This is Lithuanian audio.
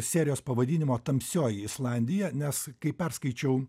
serijos pavadinimo tamsioji islandija nes kai perskaičiau